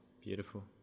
beautiful